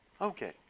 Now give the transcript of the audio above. Okay